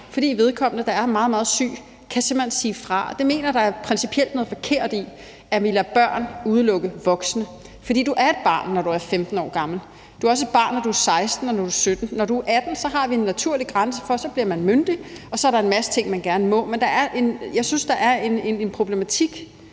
fordi vedkommende, der er meget, meget syg, simpelt hen kan sige fra. Det mener jeg der principielt er noget forkert i, altså at vi lader børn udelukke voksne. For du er et barn, når du er 15 år gammel; du er også et barn, når du er 16 år og 17 år. Når du er 18 år, er der en naturlig grænse, for så bliver man myndig, og så er der en masse ting, man gerne må. Men jeg synes, der er en problematik